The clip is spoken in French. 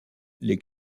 les